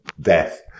death